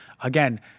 Again